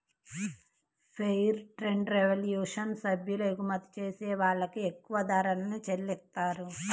fair trade revolution సభ్యులు ఎగుమతి చేసే వాళ్ళకి ఎక్కువ ధరల్ని చెల్లిత్తారు